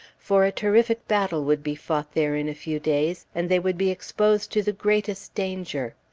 for a terrific battle would be fought there in a few days, and they would be exposed to the greatest danger.